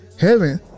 heaven